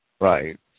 Right